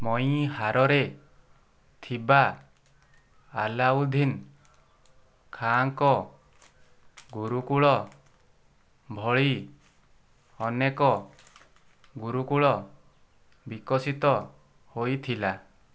ମୈହରରେ ଥିବା ଆଲ୍ଲାଉଦ୍ଦିନ୍ ଖାଁଙ୍କ ଗୁରୁକୁଳ ଭଳି ଅନେକ ଗୁରୁକୁଳ ବିକଶିତ ହୋଇଥିଲା